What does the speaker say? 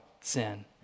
sin